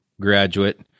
graduate